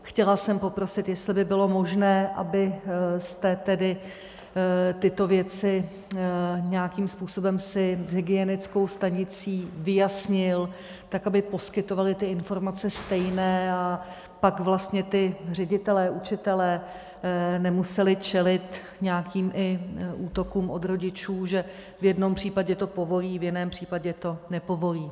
Chtěla jsem poprosit, jestli by bylo možné, abyste tedy tyto věci nějakým způsobem si s hygienickou stanicí vyjasnil tak, aby poskytovali ty informace stejné a pak vlastně ti ředitelé, učitelé nemuseli čelit nějakým i útokům od rodičů, že v jednom případě to povolí, v jiném případě to nepovolí.